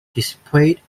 displayed